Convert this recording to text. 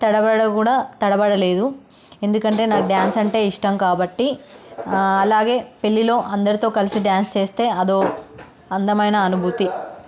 తడబడ కూడా తడబడలేదు ఎందుకంటే నాకు డాన్స్ అంటే ఇష్టం కాబట్టి అలాగే పెళ్ళిలో అందరితో కలిసి డాన్స్ చేస్తే అదోక అందమైన అనుభూతి